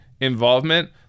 involvement